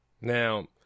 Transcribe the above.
Now